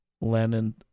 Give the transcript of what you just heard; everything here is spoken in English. Lennon